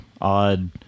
odd